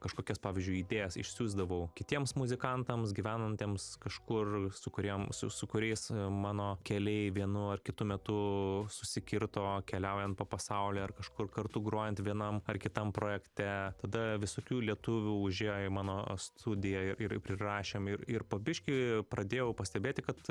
kažkokias pavyzdžiui idėjas išsiųsdavau kitiems muzikantams gyvenantiems kažkur su kuriem su su kuriais mano keliai vienu ar kitu metu susikirto keliaujant po pasaulį ar kažkur kartu grojant vienam ar kitam projekte tada visokių lietuvių užėjo į mano studiją ir ir prirašėm ir ir po biškį pradėjau pastebėti kad